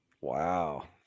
Wow